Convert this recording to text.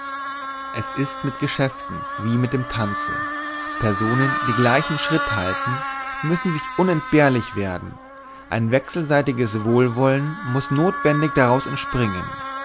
es ist mit den geschäften wie mit dem tanze personen die gleichen schritt halten müssen sich unentbehrlich werden ein wechselseitiges wohlwollen muß notwendig daraus entspringen